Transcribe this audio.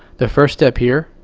the first step here,